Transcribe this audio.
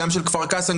גם של כפר קאסם,